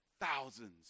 thousands